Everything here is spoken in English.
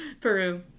peru